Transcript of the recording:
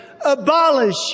abolish